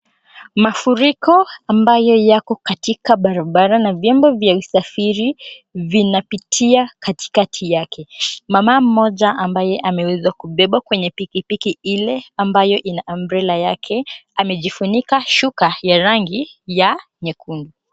Mafuriko ambayo yako katika barabara na viombo vya usafiri vinapitia katikati yake. Mama mmoja ambaye ameweza kubebwa kwenye pikipiki ile ambayo ina umbrella yake, amejifunika shuka ya rangi ya nyekundu.